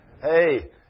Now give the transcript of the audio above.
Hey